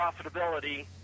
profitability